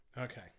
Okay